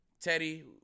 Teddy